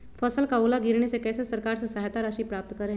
फसल का ओला गिरने से कैसे सरकार से सहायता राशि प्राप्त करें?